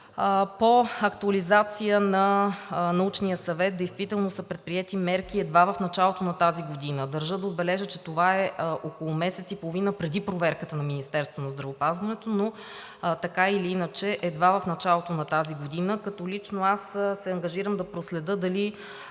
По актуализация на Научния съвет действително са предприети мерки едва в началото на тази година. Държа да отбележа, че това е около месец и половина преди проверката на Министерството на здравеопазването, така или иначе едва в началото на тази година. Лично се ангажирам да проследя Вашите